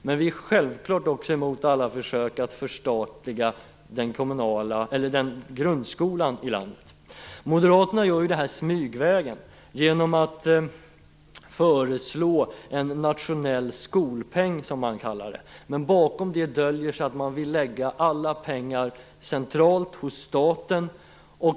Men vi är självklart också mot alla försök att förstatliga grundskolan i landet. Moderaterna gör det här smygvägen genom att föreslå en nationell skolpeng, som man kallar den. Men bakom det döljer sig att man vill lägga alla pengar centralt hos staten.